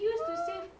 mm